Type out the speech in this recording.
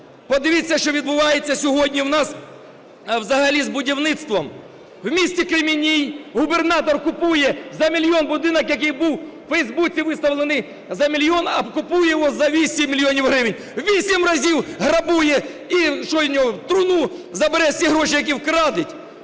Подивіться, що відбувається сьогодні у нас взагалі з будівництвом. В місті Кремінній губернатор купує за 1 мільйон будинок, який був у фейсбуці виставлений за 1 мільйон, а купує його за 8 мільйонів гривень. Вісім разів грабує… І що, він його в труну забере, всі гроші, які вкраде?